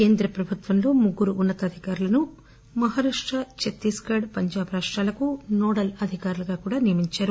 కేంద్ర ప్రభుత్వంలో ముగ్గురు ఉన్న తాధికారులను మహరాష్ట ఛత్తీస్గఢ్ పంజాబ్ రాష్టాలకు నోడల్ అధికారిగా నియమించారు